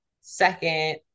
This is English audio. second